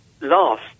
last